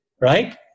Right